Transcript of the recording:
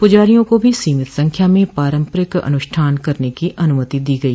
प्रजारियों को भी सीमित संख्या में पारंपरिक अनुष्ठा्न करने की अन्मति दी गई